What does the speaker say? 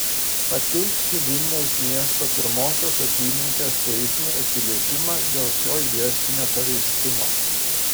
pateikti vilniaus miesto pirmosios apylinkės teismui atsiliepimą dėl šio ieškininio pareiškimo